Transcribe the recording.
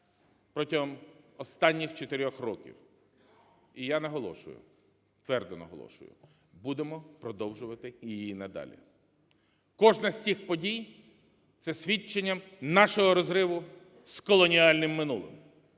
протягом останніх 4 років. І я наголошую, твердо наголошую, будемо продовжувати її і надалі. Кожна з цих подій – це свідчення нашого розриву з колоніальним минулим,